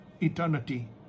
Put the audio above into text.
eternity